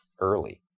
early